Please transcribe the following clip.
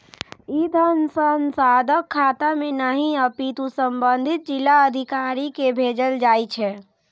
ई धन सांसदक खाता मे नहि, अपितु संबंधित जिलाधिकारी कें भेजल जाइ छै